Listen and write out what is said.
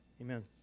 Amen